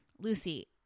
lucy